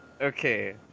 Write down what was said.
Okay